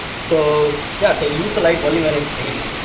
so yeah so use a light only when it's needed,